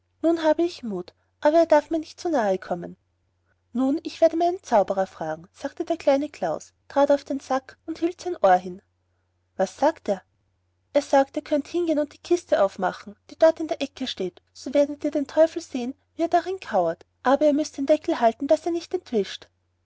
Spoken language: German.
nun habe ich mut aber er darf mir nicht zu nahe kommen nun ich werde meinen zauberer fragen sagte der kleine klaus trat auf den sack und hielt sein ohr hin was sagt er er sagt ihr könnt hingehen und die kiste aufmachen die dort in der ecke steht so werdet ihr den teufel sehen wie er darin kauert aber ihr müßt den deckel halten daß er nicht entwischt